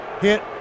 hit